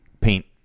paint